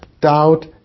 doubt